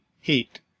Heat